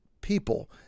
people